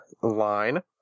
line